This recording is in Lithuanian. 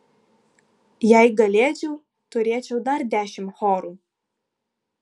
jei galėčiau turėčiau dar dešimt chorų